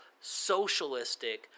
socialistic